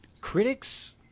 critics